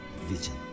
vision